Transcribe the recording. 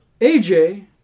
AJ